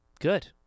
Good